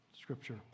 scripture